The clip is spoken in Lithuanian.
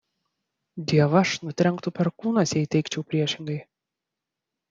dievaž nutrenktų perkūnas jei teigčiau priešingai